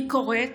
אני קוראת